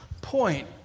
point